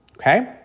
okay